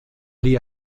día